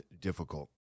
difficult